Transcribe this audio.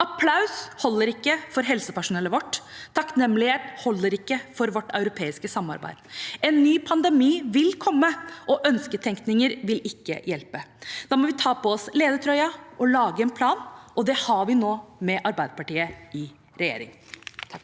Applaus holder ikke for helsepersonellet vårt. Takknemlighet holder ikke for vårt europeiske samarbeid. En ny pandemi vil komme, og ønsketenkning vil ikke hjelpe. Da må vi ta på oss ledertrøyen og lage en plan. Det har vi nå – med Arbeiderpartiet i regjering.